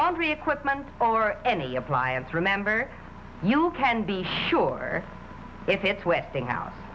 laundry equipment or any appliance remember you can be sure if it's westinghouse